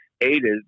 aided